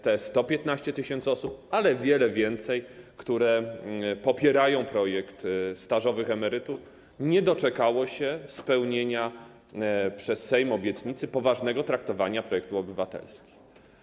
Te 115 tys. osób, i wiele więcej, które popierają projekt stażowych emerytur, nie doczekało się spełnienia przez Sejm obietnicy poważnego traktowania projektów obywatelskich.